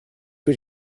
que